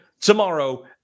tomorrow